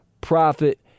profit